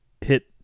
hit